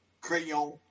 crayon